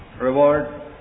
reward